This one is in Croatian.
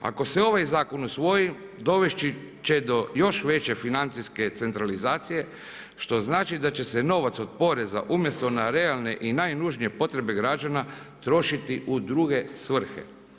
Ako se ovaj zakon usvoji dovesti će do još veće financijske centralizacije što znači da će se novac od poreza umjesto na realne i najnužnije potrebe građana trošiti u druge svrhe.